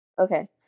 okay